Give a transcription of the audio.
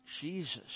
Jesus